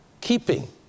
keeping